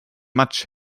much